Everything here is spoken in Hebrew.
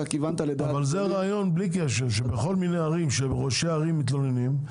זה רעיון שבכל מיני ערים שראשי הערים מתלוננים,